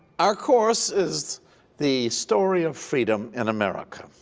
our course is the story of freedom in america.